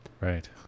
Right